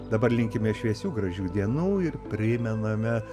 dabar linkime šviesių gražių dienų ir primename